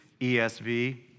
ESV